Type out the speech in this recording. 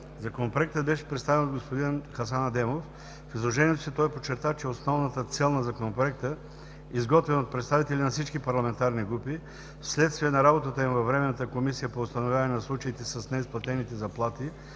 Законопроектът беше представен от господин Хасан Адемов. В изложението си той подчерта, че основната цел на Законопроекта, изготвен от представители на всички парламентарни групи вследствие на работата им във Временната комисия по установяване на случаите със неизплатените заплати